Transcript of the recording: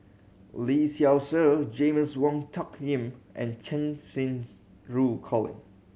Lee Seow Ser James Wong Tuck Yim and Cheng Xinru Colin